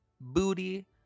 booty